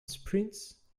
sprints